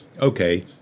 okay